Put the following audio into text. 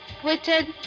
quitted